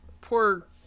Poor